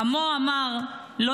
חמו אמר: "עם ישראל חי.